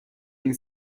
این